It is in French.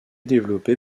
développé